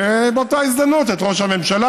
ובאותה הזדמנות את ראש הממשלה,